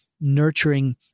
nurturing